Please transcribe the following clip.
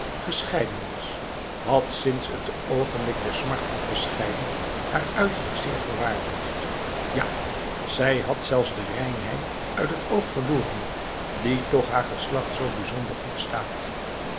gescheiden was had sinds het oogenblik der smartelijke scheiding haar uiterlijk zeer verwaarloosd ja zij had zelfs de reinheid uit het oog verloren die toch haar geslacht zoo bijzonder goed staat